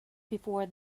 before